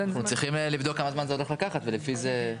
אנחנו צריכים לבדוק כמה זמן זה הולך לקחת ולפי זה.